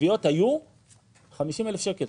כשהתביעות היו 50,000 שקלים,